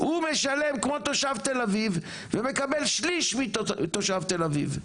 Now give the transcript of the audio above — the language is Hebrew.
הוא משלם כמו תושב תל אביב ומקבל שליש מתושב תל אביב,